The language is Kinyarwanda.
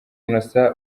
innocent